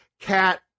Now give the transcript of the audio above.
Cat